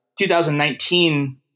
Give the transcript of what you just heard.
2019